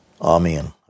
Amen